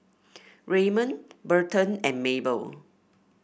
Raymond Burton and Mabel